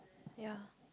ya